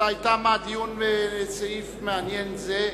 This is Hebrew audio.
תם הדיון בסעיף מעניין זה,